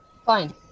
Fine